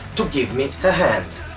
to give me a hand.